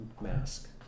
mask